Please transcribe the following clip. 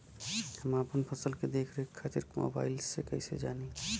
हम अपना फसल के देख रेख खातिर मोबाइल से कइसे जानी?